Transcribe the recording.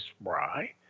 spry